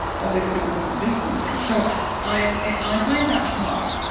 all this business of distancing. so i find that hard,